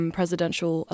presidential